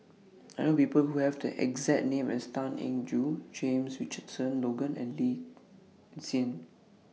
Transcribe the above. I know People Who Have The exact name as Tan Eng Joo James Richardson Logan and Lee Tjin